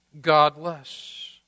godless